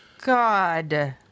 God